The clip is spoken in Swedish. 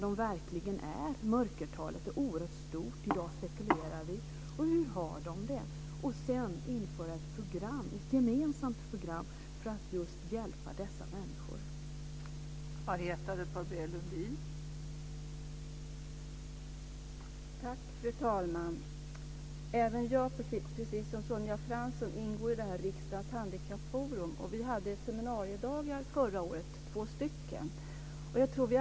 Det är det som vi måste vara noga med att lyfta fram.